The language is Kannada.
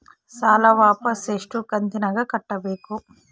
ಸಾಲ ವಾಪಸ್ ಎಷ್ಟು ಕಂತಿನ್ಯಾಗ ಕಟ್ಟಬೇಕು?